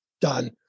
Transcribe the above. done